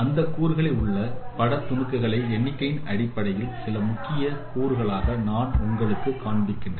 அந்தக் கூறுகளில் உள்ள பாட துணுக்குகளை எண்ணிக்கையின் அடிப்படையில் சில முக்கிய கூறுகளாக நான் உங்களுக்கு காண்பிக்கிறேன்